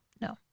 No